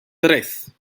tres